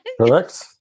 Correct